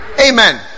Amen